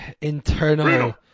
internal